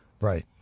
right